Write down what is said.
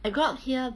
I grow up here